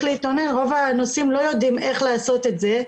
להתלונן רוב הנוסעים לא יודעים איך לעשות את זה.